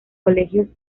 colegio